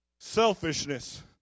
Selfishness